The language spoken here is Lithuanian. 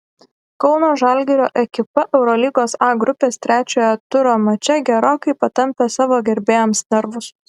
kauno žalgirio ekipa eurolygos a grupės trečiojo turo mače gerokai patampė savo gerbėjams nervus